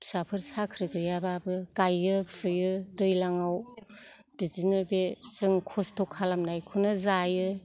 फिसाफोर साख्रि गैयाब्लाबो गायो फुयो दैज्लांआव बिदिनो बे जों खस्थ' खालामनायखौनो जायो